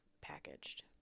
packaged